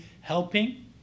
helping